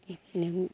बेदिनो